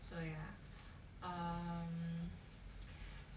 so ya um